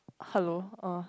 hello uh